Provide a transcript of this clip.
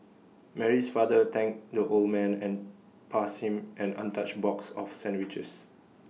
Mary's father thanked the old man and passed him an untouched box of sandwiches